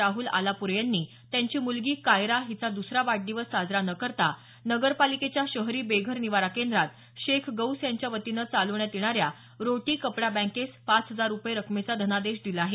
राहुल आलापूरे यांनी त्यांची मुलगी कायरा हिचा दुसरा वाढदिवस साजरा न करता नगरपालिकेच्या शहरी बेघर निवारा केंद्रात शेख गौस यांच्या वतीने चालवण्यात येणाऱ्या रोटी कपडा बँकेस पाच हजार रुपये रकमेचा धनादेश दिला आहे